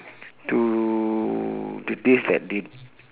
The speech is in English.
to to days like they